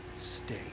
Stay